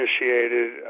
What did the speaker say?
initiated